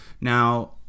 Now